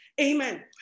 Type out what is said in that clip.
amen